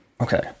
Okay